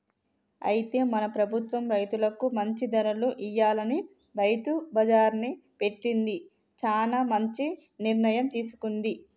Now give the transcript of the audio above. అయితే మన ప్రభుత్వం రైతులకు మంచి ధరలు ఇయ్యాలని రైతు బజార్ని పెట్టింది చానా మంచి నిర్ణయం తీసుకుంది